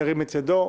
ירים את ידו.